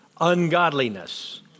ungodliness